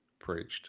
preached